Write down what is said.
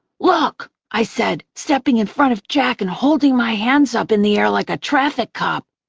look, i said, stepping in front of jack and holding my hands up in the air like a traffic cop.